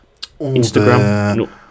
Instagram